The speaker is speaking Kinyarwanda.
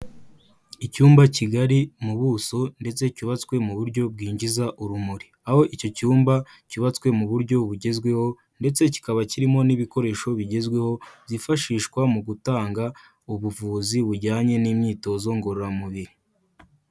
Icyumba kigari mu buso ndetse cyubatswe mu buryo bwinjiza urumuri, aho icyo cyumba cyubatswe mu buryo bugezweho ndetse kikaba kirimo n'ibikoresho bigezweho byifashishwa mu gutanga ubuvuzi bujyanye n'imyitozo ngororamubiri.